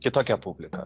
kitokia publika